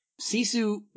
Sisu